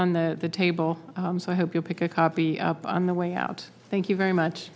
on the table so i hope you pick a copy up on the way out thank you very much